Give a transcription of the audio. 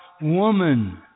woman